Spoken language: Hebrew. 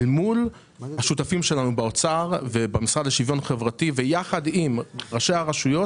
אל מול השותפים שלנו באוצר ובמשרד לשוויון חברתי וביחד עם ראשי הרשויות,